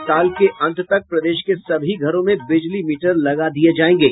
और साल के अंत तक प्रदेश के सभी घरों में बिजली मीटर लगा दिये जायेंगे